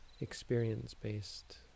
experience-based